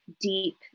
deep